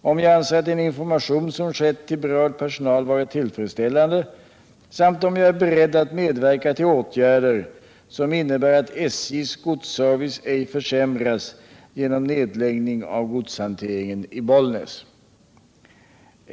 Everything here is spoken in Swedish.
om jag anser att den information som skett till berörd personal varit tillfredsställande samt om jag är beredd att medverka till åtgärder som innebär att SJ:s godsservice ej försämras genom nedläggning av godshanteringen i Bollnäs.